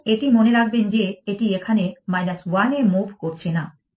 শুধু এটি মনে রাখবেন যে এটি এখানে 1 এ মুভ করছেনা